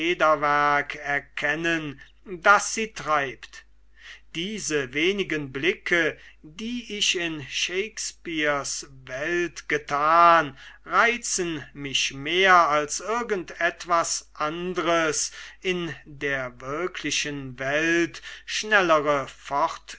erkennen das sie treibt diese wenigen blicke die ich in shakespeares welt getan reizen mich mehr als irgend etwas andres in der wirklichen welt schnellere